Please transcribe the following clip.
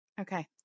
Okay